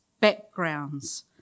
backgrounds